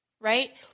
right